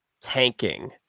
tanking